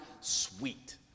sweet